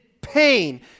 pain